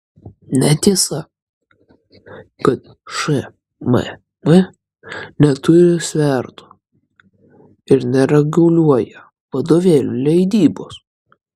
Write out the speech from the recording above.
netiesa kad šmm neturi svertų ir nereguliuoja vadovėlių leidybos